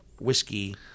whiskey